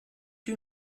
you